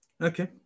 Okay